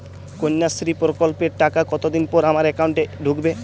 কন্যাশ্রী প্রকল্পের টাকা কতদিন পর আমার অ্যাকাউন্ট এ ঢুকবে?